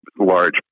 Large